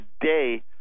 today